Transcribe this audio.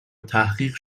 تحقیق